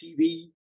TV